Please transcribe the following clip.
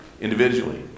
individually